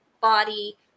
body